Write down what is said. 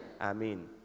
Amen